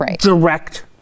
direct